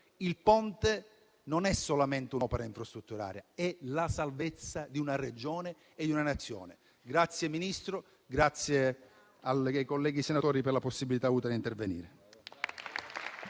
Il Ponte non è solamente un'opera infrastrutturale: è la salvezza di una Regione e di una Nazione. Grazie, signor Ministro, e grazie ai colleghi senatori per la possibilità datami di intervenire.